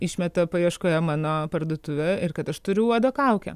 išmeta paieškoje mano parduotuvę ir kad aš turiu uodo kaukę